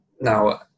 Now